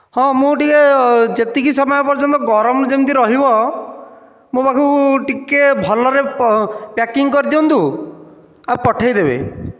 ହଁ ମୁଁ ଟିକିଏ ଯେତିକି ସମୟ ପର୍ଯ୍ୟନ୍ତ ଗରମ ଯେମିତି ରହିବ ମୋ' ପାଖକୁ ଟିକିଏ ଭଲରେ ପ୍ୟାକିଂ କରିଦିଅନ୍ତୁ ଆଉ ପଠେଇଦେବେ